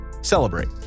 celebrate